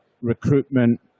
recruitment